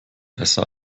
besser